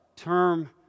term